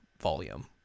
volume